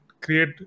create